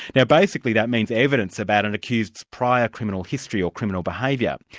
now basically that means evidence about an accused's prior criminal history or criminal behaviour.